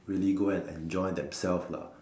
really go and enjoy themselves lah